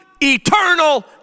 eternal